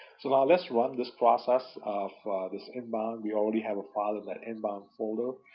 so now let's run this process of this inbound, we already have a file that inbound folder,